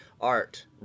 art